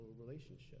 relationship